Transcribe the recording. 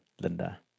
Linda